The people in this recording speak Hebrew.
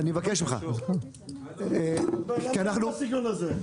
אני מבקש ממך --- למה הסגנון הזה?